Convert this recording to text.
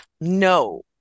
no